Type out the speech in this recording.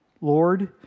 Lord